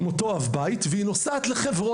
יחד עם אותו אב בית ונוסעת לחברון.